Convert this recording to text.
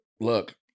look